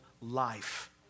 life